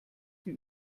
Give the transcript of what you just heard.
die